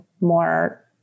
more